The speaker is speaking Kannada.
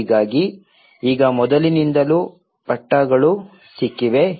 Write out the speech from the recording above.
ಹೀಗಾಗಿ ಈಗ ಮೊದಲಿನಿಂದಲೂ ಪಟ್ಟಾಗಳು ಸಿಕ್ಕಿವೆ